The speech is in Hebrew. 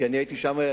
כי אני הייתי שם,